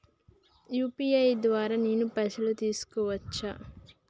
UPI ద్వారా నేను పైసలు తీసుకోవచ్చా?